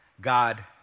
God